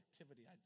activity